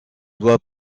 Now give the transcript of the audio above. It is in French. doit